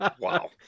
Wow